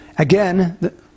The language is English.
Again